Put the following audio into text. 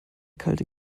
kalte